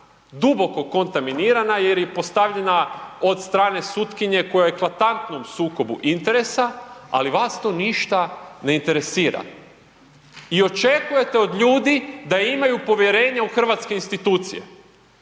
duboko kontaminirana jer je postavljena od strane sutkinje koja je u eklatantnom sukobu interesa, ali vas to ništa ne interesira. I očekujete od ljudi da imaju povjerenje u hrvatske institucije?